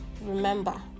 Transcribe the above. remember